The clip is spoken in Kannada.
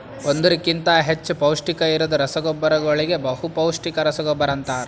ಒಂದುರ್ ಕಿಂತಾ ಹೆಚ್ಚ ಪೌಷ್ಟಿಕ ಇರದ್ ರಸಗೊಬ್ಬರಗೋಳಿಗ ಬಹುಪೌಸ್ಟಿಕ ರಸಗೊಬ್ಬರ ಅಂತಾರ್